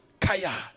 Kaya